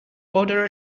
order